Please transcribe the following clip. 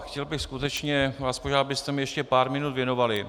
Chtěl bych skutečně, abyste mi ještě pár minut věnovali.